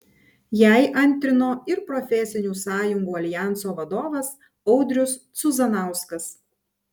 jai antrino ir profesinių sąjungų aljanso vadovas audrius cuzanauskas